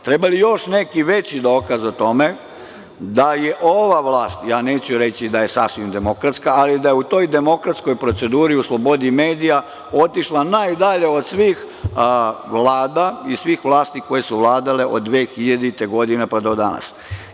Treba li još neki veći dokaz o tome da je ova vlast, ja neću reći da je sasvim demokratska, ali da u toj demokratskoj proceduri u slobodi medija otišla najdalje od svih Vlada i svih vlasti koje su vladale od 2000. godine, pa do danas?